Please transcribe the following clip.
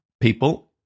people